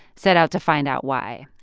set out to find out why.